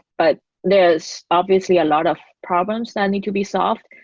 but there's obviously a lot of problems that need to be solved,